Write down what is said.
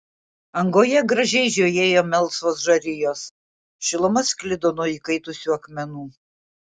angoje gražiai žiojėjo melsvos žarijos šiluma sklido nuo įkaitusių akmenų